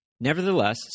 Nevertheless